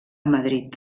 madrid